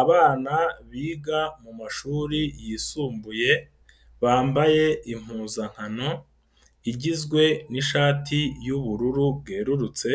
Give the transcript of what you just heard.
Abana biga mu mumashuri yisumbuye, bambaye impuzankano, igizwe n'ishati y'ubururu bwerurutse